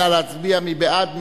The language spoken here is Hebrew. נא להצביע, מי בעד?